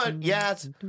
yes